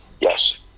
yes